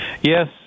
Yes